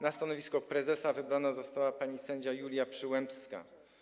Na stanowisko prezesa wybrana została pani sędzia Julia Przyłębska.